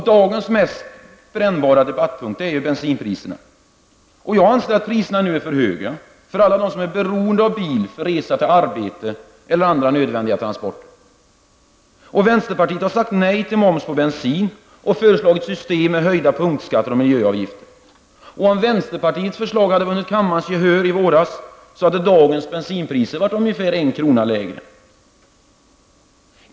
Dagens mest brännbara debattpunkt är bensinpriserna. Jag anser att priserna nu är för höga för alla dem som är beroende av bil för resa till arbete eller andra nödvändiga transporter. Vänsterpartiet har sagt nej till moms på bensin och föreslagit system med höjda punktskatter och miljöavgifter. Om vänsterpartiets förslag hade vunnit kammarens gehör i våras så hade dagens bensinpriser varit ungefär en krona lägre.